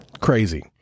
Crazy